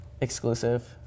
exclusive